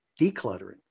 decluttering